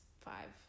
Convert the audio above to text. five